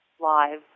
live